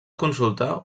consultar